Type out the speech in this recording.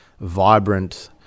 vibrant